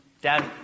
Dad